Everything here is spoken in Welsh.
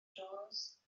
jones